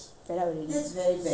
no that's called a game